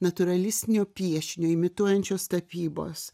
natūralistinio piešinio imituojančios tapybos